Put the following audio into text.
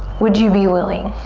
would you be willing?